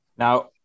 Now